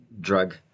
drug